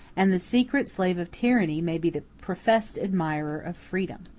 and the secret slave of tyranny may be the professed admirer of freedom.